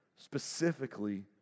specifically